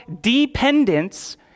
dependence